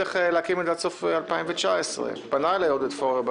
צריכים להקים את זה עד סוף 2019. חבר הכנסת עודד פורר פנה